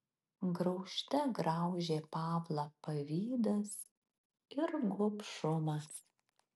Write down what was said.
graužte graužė pavlą pavydas ir gobšumas